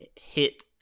hit